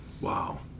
Wow